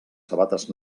sabates